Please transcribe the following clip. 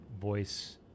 voice